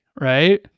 right